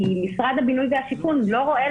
כי משרד הבינוי והשיכון לא רואה,